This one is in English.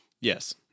Yes